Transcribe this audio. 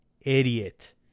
idiot